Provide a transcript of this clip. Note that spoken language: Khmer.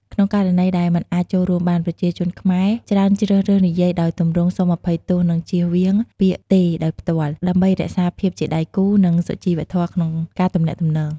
ក្នុងករណីដែលមិនអាចចូលរួមបាន ប្រជាជនខ្មែរច្រើនជ្រើសរើសនិយាយដោយទម្រង់ សូមអភ័យទោស និងចៀសវាងពាក្យ "ទេ" ដោយផ្ទាល់ ដើម្បីរក្សាភាពជាដៃគូរ និងសុជីវធម៌ក្នុងការទំនាក់ទំនង។